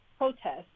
protests